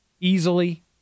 easily